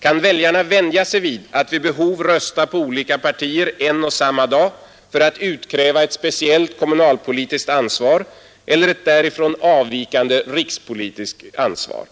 Kan väljarna vänja sig vid att vid behov rösta på olika partier en och samma dag för att utkräva ett speciellt kommunalpolitiskt ansvar eller ett därifrån avvikande rikspolitiskt ansvar?